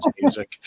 music